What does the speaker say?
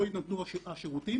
לא ינתנו השירותים,